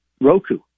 Roku